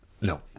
No